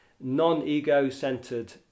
non-ego-centered